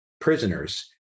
prisoners